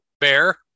Bear